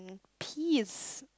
peas